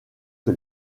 que